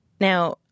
Now